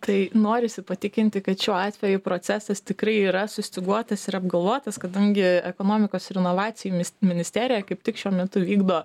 tai norisi patikinti kad šiuo atveju procesas tikrai yra sustyguotas ir apgalvotas kadangi ekonomikos ir inovacijų mis ministerija kaip tik šiuo metu vykdo